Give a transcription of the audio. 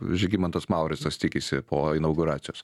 žygimantas mauricas tikisi po inauguracijos